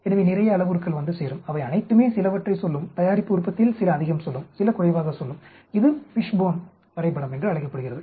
எனவே நிறைய அளவுருக்கள் வந்து சேரும் அவை அனைத்துமே சிலவற்றை சொல்லும் தயாரிப்பு உற்பத்தியில் சில அதிகம் சொல்லும் சில குறைவாக சொல்லும் இது ஃபிஷ்போன் வரைபடம் என்று அழைக்கப்படுகிறது